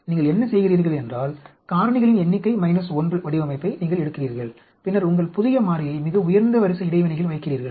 நீங்கள் என்ன செய்கிறீர்கள் என்றால் காரணிகளின் எண்ணிக்கை மைனஸ் 1 வடிவமைப்பை நீங்கள் எடுக்கிறீர்கள் பின்னர் உங்கள் புதிய மாறியை மிக உயர்ந்த வரிசை இடைவினையில் வைக்கிறீர்கள்